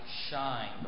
shine